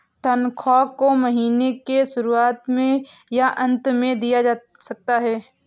तन्ख्वाह को महीने के शुरुआत में या अन्त में दिया जा सकता है